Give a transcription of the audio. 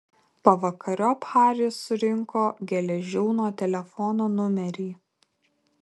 pavakariop haris surinko geležiūno telefono numerį